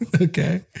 Okay